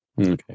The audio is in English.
Okay